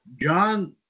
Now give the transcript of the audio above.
John